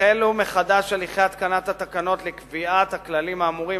החלו מחדש הליכי התקנת תקנות לקביעת הכללים האמורים